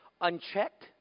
unchecked